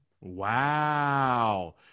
Wow